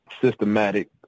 systematic